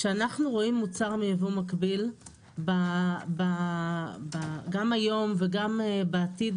שאנחנו רואים מוצר מייבוא מקביל גם היום וגם בעתיד,